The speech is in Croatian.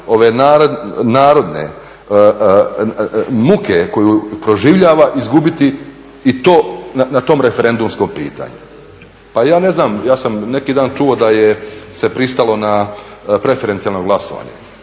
ove narodne muke koju proživljava izgubiti i to na tom referendumskom pitanju. Pa ja ne znam, ja sam neki dan čuo da se pristalo na preferencijalno glasovanje.